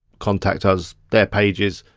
contact us, they're pages.